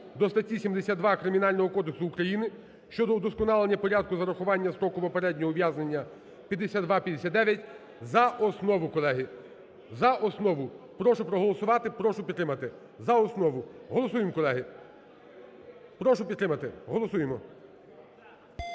до статті 72 Кримінального кодексу України щодо удосконалення порядку зарахування строку попереднього ув'язнення (5259) за основу, колеги, за основу. Прошу проголосувати. Прошу підтримати. За основу. Голосуємо, колеги. Прошу підтримати. Голосуємо.